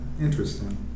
Interesting